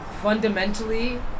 fundamentally